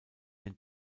den